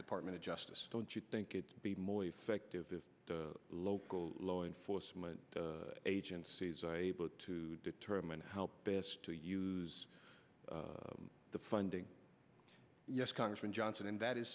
department of justice don't you think it be more effective if the local law enforcement agencies are able to determine how best to use the funding yes congressman johnson and that is